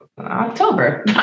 October